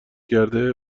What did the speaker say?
کرده